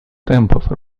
темпов